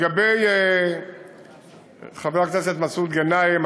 לגבי חבר הכנסת מסעוד גנאים,